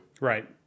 right